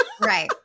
Right